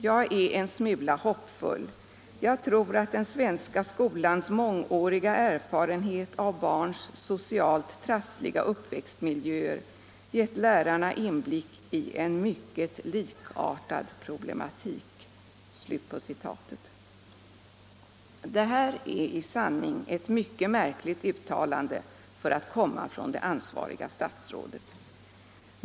Jag är en smula hoppfull — jag tror att den svenska skolans mångåriga erfarenhet av barns socialt trassliga uppväxtmiljöer gett lärarna inblick i en mycket likartad problematik.” Det här är i sanning ett mycket märkligt uttalande för att komma från det ansvariga statsrådet.